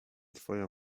twoja